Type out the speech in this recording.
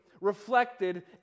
reflected